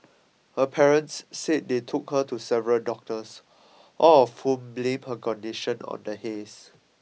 her parents said they took her to several doctors all of whom blamed her condition on the haze